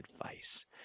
advice